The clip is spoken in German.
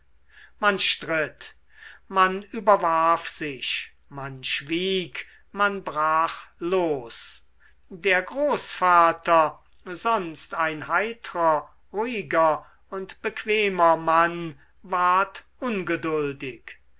man stritt man überwarf sich man schwieg man brach los der großvater sonst ein heitrer ruhiger und bequemer mann ward ungeduldig